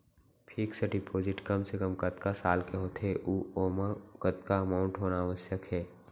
Fix deposit कम से कम कतका साल के होथे ऊ ओमा कतका अमाउंट होना आवश्यक हे?